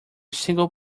single